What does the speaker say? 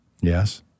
Yes